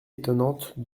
étonnante